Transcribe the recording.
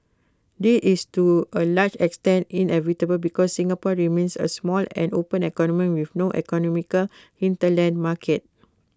this is to A large extent inevitable because Singapore remains A small and open economy with no economic hinterland market